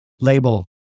label